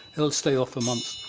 it will stay off for months.